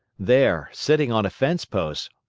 there, sitting on a fence-post,